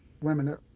women